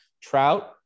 Trout